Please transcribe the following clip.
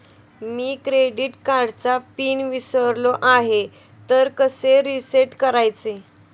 मी credit कार्डचा pin विसरलो आहे तर कसे रीसेट करायचे?